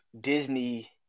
Disney